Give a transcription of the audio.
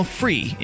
free